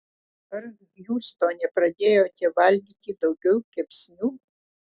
ar hjustone pradėjote valgyti daugiau kepsnių